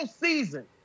season